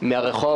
מן הרחוב,